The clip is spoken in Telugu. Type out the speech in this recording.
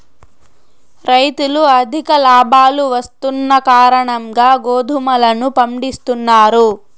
రైతులు అధిక లాభాలు వస్తున్న కారణంగా గోధుమలను పండిత్తున్నారు